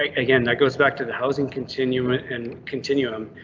like again. that goes back to the housing continuum and continuum,